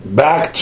back